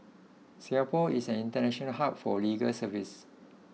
Singapore is an international hub for legal services